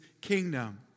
kingdom